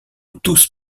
tous